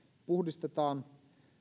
puhdistetaan